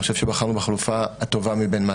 אני חושב שבחרנו בחלופה הטובה מבין מה